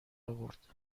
آورد